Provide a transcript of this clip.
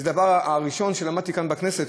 הדבר הראשון שלמדתי כאן בכנסת,